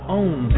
own